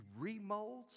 remolds